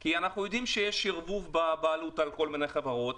כי אנחנו יודעים שיש ערבוב בבעלות על כל מיני חברות,